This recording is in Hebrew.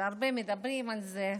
הרבה מדברים עליה,